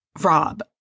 Rob